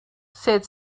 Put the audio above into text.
said